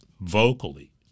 vocally